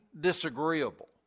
disagreeable